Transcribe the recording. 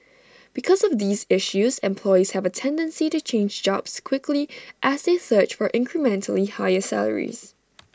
because of these issues employees have A tendency to change jobs quickly as they search for incrementally higher salaries